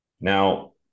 now